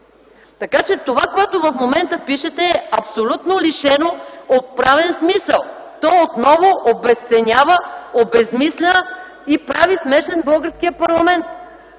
Така че това, което в момента пишете, е абсолютно лишено от правен смисъл. То отново обезценява, обезсмисля и прави смешен българския парламент.